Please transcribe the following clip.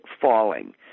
falling